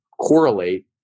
correlate